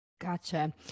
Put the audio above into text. Gotcha